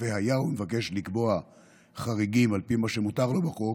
היה והוא מבקש לקבוע חריגים על פי מה שמותר לו בחוק,